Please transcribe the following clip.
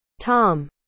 Tom